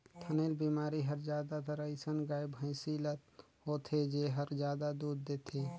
थनैल बेमारी हर जादातर अइसन गाय, भइसी ल होथे जेहर जादा दूद देथे